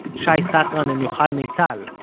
shai satran and yochai maital,